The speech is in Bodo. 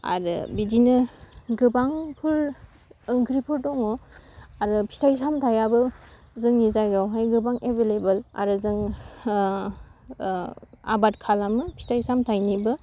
आरो बिदिनो गोबांफोर ओंख्रिफोर दङ आरो फिथाइ सामथाइआबो जोंनि जायगायावहाय गोबां एबेलेबेल आरो जों आबाद खालामो फिथाइ सामथाइनिबो